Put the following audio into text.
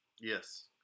Yes